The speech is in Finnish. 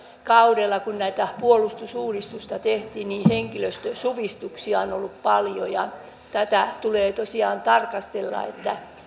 kaudella kun tätä puolustusuudistusta tehtiin henkilöstösupistuksia on on ollut paljon tätä tulee tosiaan tarkastella